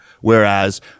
Whereas